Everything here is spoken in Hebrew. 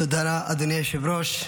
תודה, אדוני היושב-ראש.